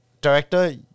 Director